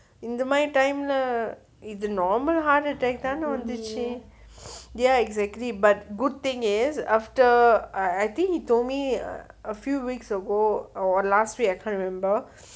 இந்த மாதிரி:intha mathiri time leh இது:ithu normal heart attack தான வந்துச்சு:thaana vanthuchu ya exactly agree but good thing is after I think he told me a few weeks ago or last I can't remember